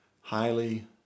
highly